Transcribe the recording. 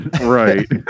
right